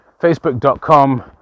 facebook.com